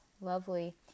Lovely